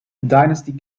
dynasty